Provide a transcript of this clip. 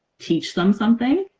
teach them something.